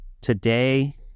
today